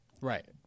Right